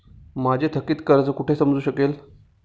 माझे थकीत कर्ज कुठे समजू शकेल?